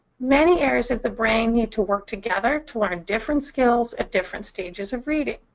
many areas of the brain need to work together to learn different skills at different stages of reading.